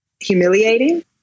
humiliating